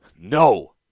No